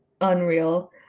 unreal